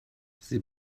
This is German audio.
sie